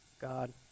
God